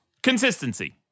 Consistency